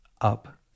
up